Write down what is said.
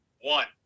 One